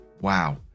wow